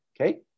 okay